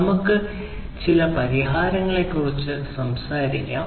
നമുക്ക് ചില പരിഹാരങ്ങളെക്കുറിച്ച് സംസാരിക്കാം